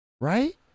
Right